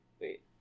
Wait